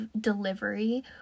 delivery